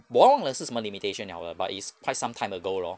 我忘了是什么 limitation liao 了 but it's quite some time ago lor